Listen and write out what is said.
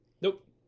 Nope